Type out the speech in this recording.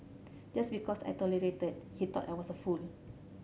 just because I tolerated he thought I was a fool